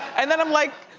and then i'm like,